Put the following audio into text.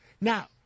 Now